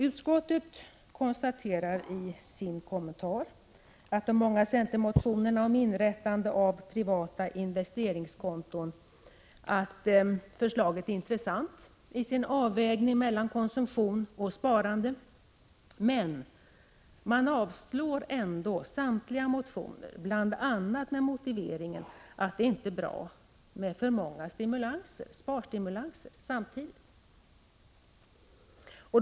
Utskottet konstaterar i sin kommentar beträffande de många centermotionerna om inrättande av privata investeringskonton att förslaget är intressant i sin avvägning mellan konsumtion och sparande men avstyrker ändå samtliga motioner, bl.a. med motiveringen att det inte är bra med alltför många sparstimulanser samtidigt.